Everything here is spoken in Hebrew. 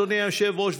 אדוני היושב-ראש,